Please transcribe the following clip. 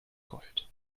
gold